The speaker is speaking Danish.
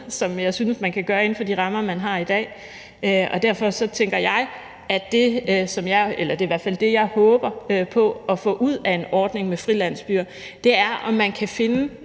jeg synes man kan gøre inden for de rammer, man har i dag, og derfor så tænker jeg – det er i hvert fald det, jeg håber på at få ud af en ordning med frilandsbyer – at man kan finde